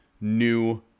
new